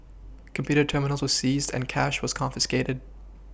computer terminals were seized and cash was confiscated